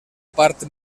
part